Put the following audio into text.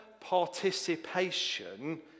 participation